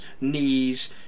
knees